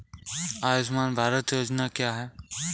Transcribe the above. आयुष्मान भारत योजना क्या है?